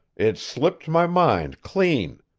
it slipped my mind, clean.